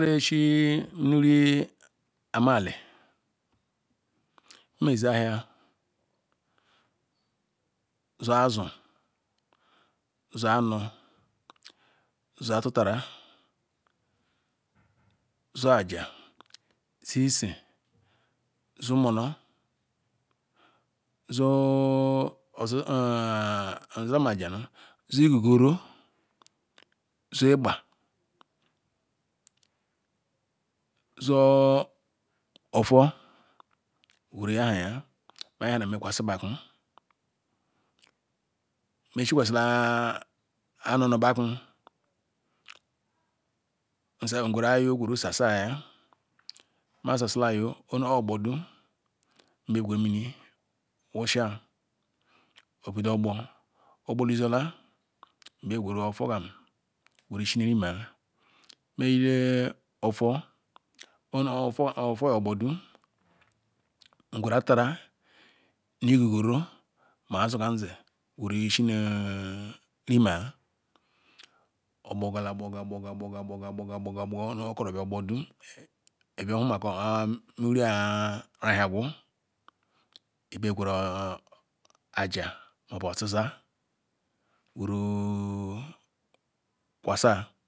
Mini wari ama-ati nmeze ahia zu- azu zu anor zu atulara zu ajah zu keh zu monoh zu [eh eh eh] nzuke ajah nu zu igioro zu igba zu offor gwede lagahia then mekwasi beh ku meshikwasilam anor ni behka ngweru ayoh ngweru useh mah sasila ayoh mbia gweru miri wusia obido ogbor ogbor lizola mbia gweru offer iyishi ni emeh-ah meyite offor owere offor joh ogbordu ngwere atara ni igigoro mah azu kam zim ngwere nyishi nu rima ogboruyala gborga ibia huma kor mini wuri-a nyagu ibia gwere ajah mahbu oziza gweru tukwalia.